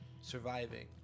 surviving